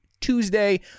Tuesday